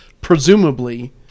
presumably